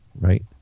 right